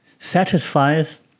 satisfies